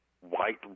white